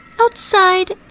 outside